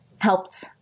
helped